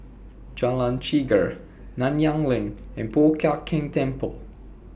Jalan Chegar Nanyang LINK and Po Chiak Keng Temple